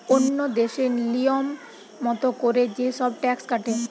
ওন্য দেশে লিয়ম মত কোরে যে সব ট্যাক্স কাটে